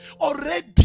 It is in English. Already